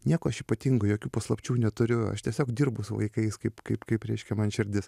nieko aš ypatingo jokių paslapčių neturiu aš tiesiog dirbu su vaikais kaip kaip kaip reiškia man širdis